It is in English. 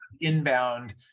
inbound